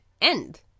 end